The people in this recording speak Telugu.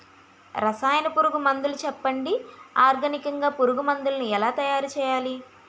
రసాయన పురుగు మందులు చెప్పండి? ఆర్గనికంగ పురుగు మందులను ఎలా తయారు చేయాలి?